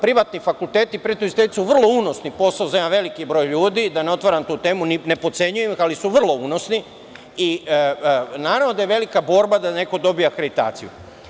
Privatni fakulteti prejudiciraju vrlo unosni posao za jedan veliki broj ljudi, da ne otvaram tu temu, ne potcenjujem ih ali su vrlo unosni i naravno da je velika borba da neko dobije akreditaciju.